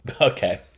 Okay